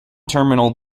terminal